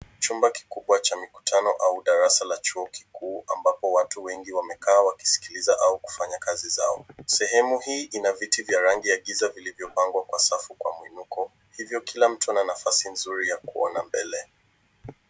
Chumba kikubwa cha mikutano au darasa la chuo kikuu ambapo watu wengi wamekaa wakisikiliza au kufanya kazi zao. Sehemu hii ina viti vya rangi ya giza vilivyopangwa kwa safu kwa mwinuko ivyo kila mtu ana nafasi nzuri ya kuona mbele.